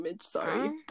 Sorry